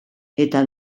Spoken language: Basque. eta